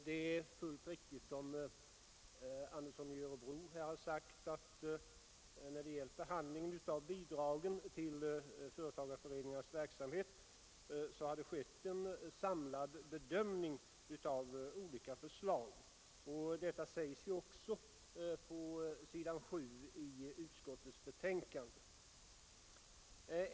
Herr talman! Det är alldeles riktigt som herr Andersson i Örebro här har sagt att när det gäller behandlingen av bidragen till företagareföreningarnas verksamhet har det skett en samlad bedömning av olika förslag. Detta sägs också på s.7 i utskottets betänkande.